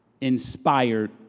inspired